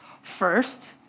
First